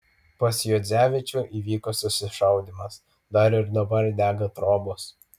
pas juodzevičių įvyko susišaudymas dar ir dabar dega trobos